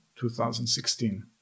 2016